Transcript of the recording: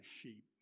sheep